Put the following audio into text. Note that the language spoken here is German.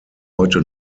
heute